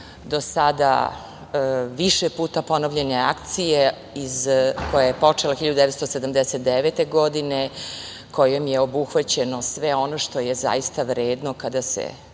do sada više puta ponovljene akcije koja je počela 1979. godine, a kojom je obuhvaćeno sve ono što je zaista vredno kada se